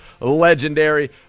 Legendary